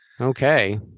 Okay